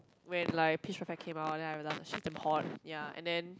when like Pitch Perfect came out then I realise she's damn hot ya and then